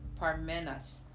Parmenas